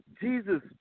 Jesus